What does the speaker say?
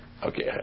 Okay